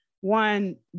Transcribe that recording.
one